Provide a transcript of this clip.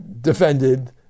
defended